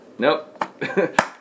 Nope